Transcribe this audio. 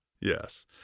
Yes